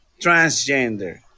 transgender